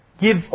give